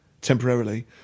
temporarily